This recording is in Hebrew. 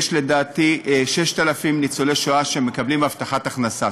יש לדעתי 6,000 ניצולי שואה שמקבלים הבטחת הכנסה,